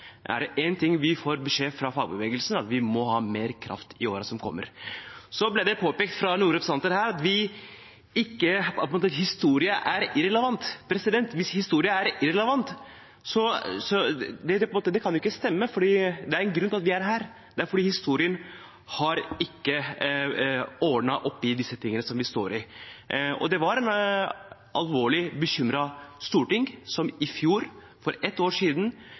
Er det én ting vi får beskjed om fra fagbevegelsen, er det at vi må ha mer kraft i årene som kommer. Det har blitt påpekt fra noen representanter her at historien er irrelevant. Det kan ikke stemme, for det er en grunn til at vi er her, og det er at historien ikke har ordnet opp i disse tingene som vi står i. Det var et alvorlig bekymret storting som i fjor – for ett år siden